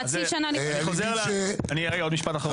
רגע, עוד משפט אחרון.